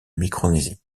micronésie